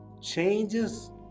changes